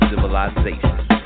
civilization